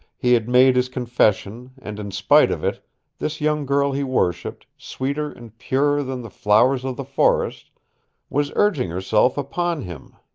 he had made his confession and in spite of it this young girl he worshipped sweeter and purer than the flowers of the forest was urging herself upon him!